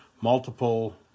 multiple